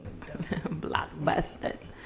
blockbusters